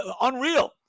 unreal